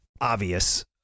obvious